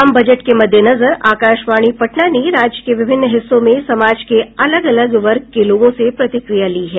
आम बजट के मददेनजर आकाशवाणी पटना ने राज्य के विभिन्न हिस्सों में समाज के अलग अलग वर्ग के लोगों से प्रतिक्रिया ली है